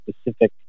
specific